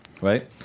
right